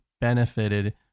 benefited